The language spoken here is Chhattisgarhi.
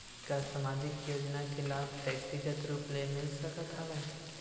का सामाजिक योजना के लाभ व्यक्तिगत रूप ले मिल सकत हवय?